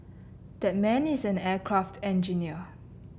that man is an aircraft engineer